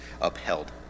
upheld